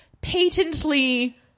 patently